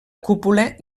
cúpula